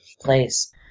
place